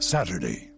Saturday